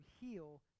heal